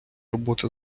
робота